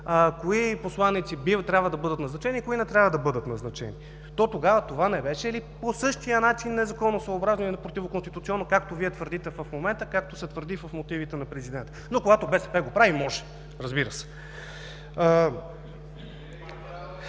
кои посланици трябва да бъдат назначени и кои не трябва да бъдат назначени? Това не беше ли по същия начин незаконосъобразно и противоконституционно, както Вие твърдите в момента и както се твърди в мотивите на президента? Но когато БСП го прави – може, разбира се.